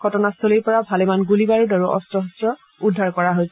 ঘটনাস্থলীৰ পৰা ভালেমান গুলী বাৰুদ আৰু অস্ত্ৰ শস্ত্ৰ উদ্ধাৰ কৰা হৈছে